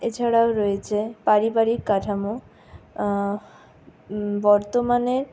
এছাড়াও রয়েছে পারিবারিক কাঠামো বর্তমানে